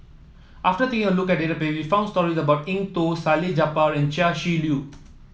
after taking a look at the baby found story about Eng Tow Salleh Japar and Chia Shi Lu